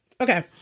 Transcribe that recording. Okay